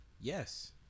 Yes